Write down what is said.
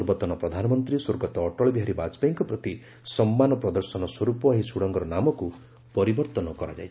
ପୂର୍ବତନ ପ୍ରଧାନମନ୍ତ୍ରୀ ସ୍ୱର୍ଗତଃ ଅଟଳ ବିହାରୀ ବାଜପେୟୀଙ୍କ ପ୍ରତି ସମ୍ମାନ ପ୍ରଦର୍ଶନ ସ୍ୱରୂପ ଏହି ସୁଡଙ୍ଗର ନାମକୁ ପରିବର୍ତ୍ତନ କରାଯାଇଛି